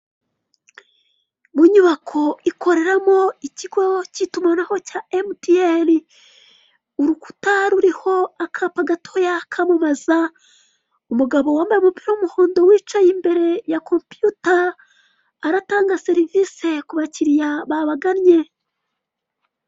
Mu nyubako ikoreramo ikigo cy'itumanaho cya emutiyeni, urukuta ruriho akapa gatoya kamamaza, umugabo wambaye umupira w'umuhondo wicaye imbere ya compiyuta aratanga serivisi ku bakiriya babagannye.